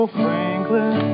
franklin